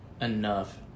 enough